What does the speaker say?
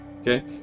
Okay